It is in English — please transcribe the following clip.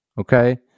Okay